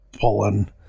pulling